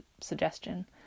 suggestion